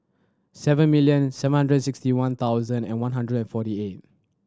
seven million seven hundred sixty one thousand and one hundred forty eight